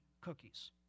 cookies